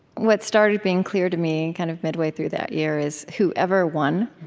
what started being clear to me kind of midway through that year is, whoever won